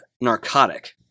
narcotic